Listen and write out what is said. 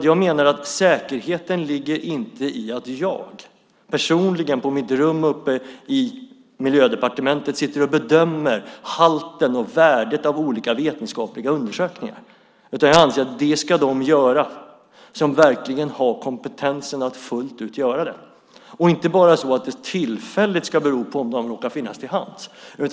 Jag menar att säkerheten inte ligger i att jag personligen, på mitt rum uppe i Miljödepartementet, sitter och bedömer sanningshalten i och värdet av olika vetenskapliga undersökningar, utan jag anser att det ska de göra som verkligen har kompetensen att fullt ut göra det, och inte bara så att det tillfälligt ska bero på om de råkar finnas till hands.